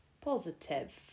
positive